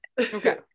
okay